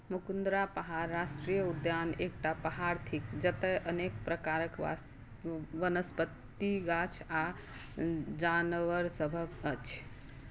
मुकुन्दरा पहाड़ राष्ट्रिय उद्यान एकटा पहाड़ थिक जतय अनेक प्रकारक वस वनस्पति गाछ आ जानवरसभक अछि